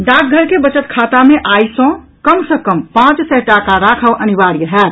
डाकघर के बचत खाता मे आइ सँ कम सँऽ कम पांच सय टाका राखब अनिवार्य होयत